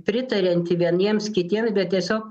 pritarianti vieniems kitiems bet tiesiog